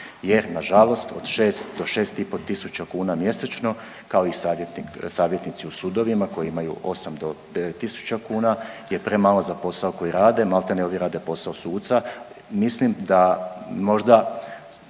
Jer na žalost od 6 do 6 i pol tisuća kuna mjesečno kao i savjetnici u sudovima koji imaju 8 do 9000 kuna je premalo za posao koji rade. Maltene oni rade posao suca. Mislim da možda